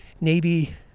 Navy